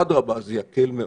אדרבא, זה יקל מאוד.